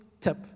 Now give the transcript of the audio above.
tip